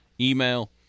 email